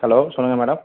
hello சொல்லுங்கள் madam